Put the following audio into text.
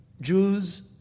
Jews